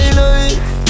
life